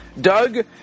Doug